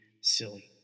silly